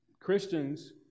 Christians